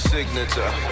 Signature